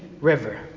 river